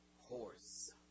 horse